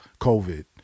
COVID